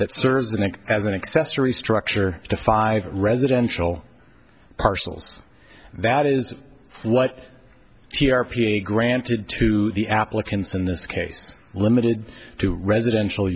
that serves then as an accessory structure to five residential parcels that is what she r p granted to the applicants in this case limited to residential